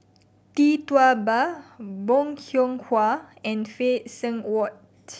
Tee Tua Ba Bong Hiong Hwa and Phay Seng Whatt